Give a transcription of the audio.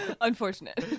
unfortunate